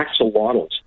axolotls